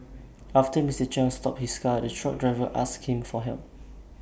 after Mr Chiang stopped his car the truck driver asked him for help